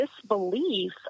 disbelief